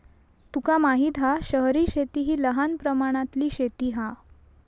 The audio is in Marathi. तुका माहित हा शहरी शेती हि लहान प्रमाणातली शेती हा